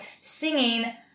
singing